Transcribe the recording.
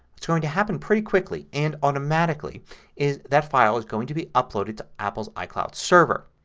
what's going to happen pretty quickly and automatically is that file is going to be uploaded to apple's icloud server.